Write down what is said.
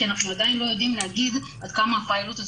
זה כי אנחנו עדיין לא יודעים להגיד עד כמה הפיילוט הזה